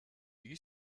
you